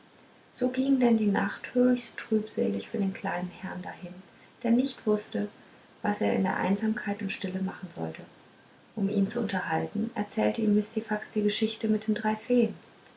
so ging denn die nacht höchst trübselig für den kleinen herrn dahin der nicht wußte was er in der einsamkeit und stille machen sollte um ihn zu unterhalten erzählte ihm mistifax die geschichte mit den drei feen